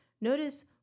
notice